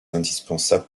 indispensable